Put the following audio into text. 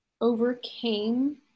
overcame